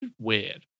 Weird